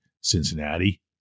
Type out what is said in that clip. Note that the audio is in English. Cincinnati